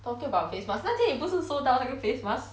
talking about face mask 那天你不是收到那个 face mask